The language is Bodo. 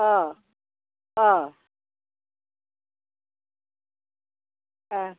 अह अह अह